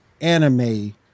anime